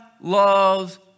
loves